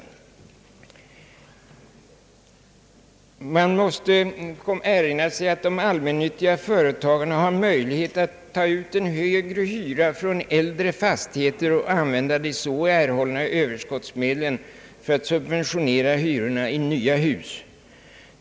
Man måste erinra sig att de allmännyttiga företagen har möjlighet att ta ut en högre hyra från äldre fastigheter och använda de så erhållna överskottsmedlen för att subventionera hyrorna i nya hus.